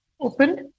opened